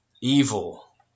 evil